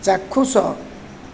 ଚାକ୍ଷୁଷ